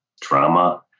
trauma